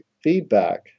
feedback